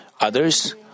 Others